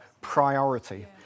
priority